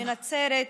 מנצרת,